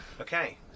Okay